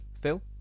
Phil